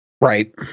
right